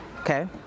Okay